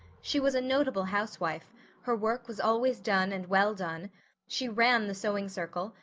she was a notable housewife her work was always done and well done she ran the sewing circle,